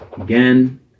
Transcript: again